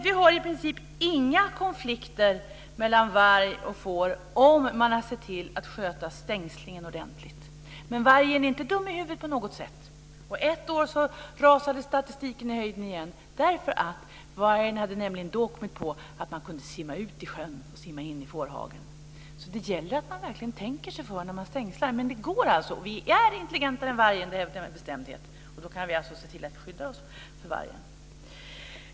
Vi har i princip inga konflikter mellan varg och får om man ser till att sköta stängslingen ordentligt. Men vargen är inte dum i huvudet på något sätt! Ett år sköt statistiken i höjden igen därför att vargen hade kommit på att man kunde simma ut i sjön och simma in i fårhagen. Det gäller alltså att man verkligen tänker sig för när man stängslar. Men det går. Vi är intelligentare än vargen - det hävdar jag med bestämdhet. Därför kan vi också se till att vi skyddar oss för den.